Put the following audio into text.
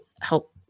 help